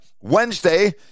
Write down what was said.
wednesday